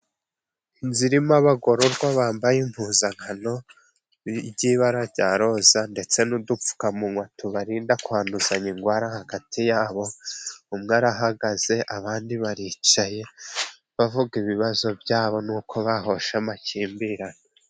Inzira irimo abagororwa bambaye impuzankano by'ibara rya roza ndetse n'udupfukamunwa tubarinda kwanduzanya indwara hagati yabo. Umwe arahagaze, abandi baricaye, bavuga ibibazo byabo nuko bahosha amakimbirane.